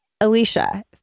alicia